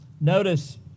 Notice